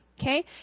okay